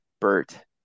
Bert